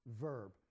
verb